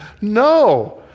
no